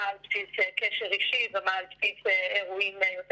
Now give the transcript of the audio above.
מה על בסיס קשר אישי ומה על בסיס אירועים יותר